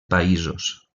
països